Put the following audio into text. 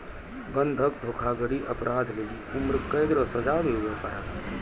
बंधक धोखाधड़ी अपराध लेली उम्रकैद रो सजा भी हुवै पारै